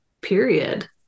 period